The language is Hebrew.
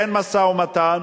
אין משא-ומתן,